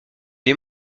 les